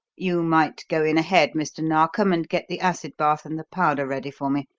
you might go in ahead, mr. narkom, and get the acid bath and the powder ready for me.